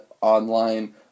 online